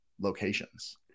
locations